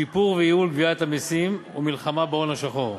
שיפור וייעול גביית המסים ומלחמה בהון השחור.